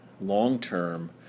long-term